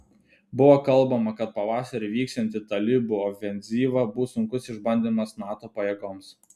buvo kalbama kad pavasarį vyksianti talibų ofenzyva bus sunkus išbandymas nato pajėgoms